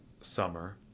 summer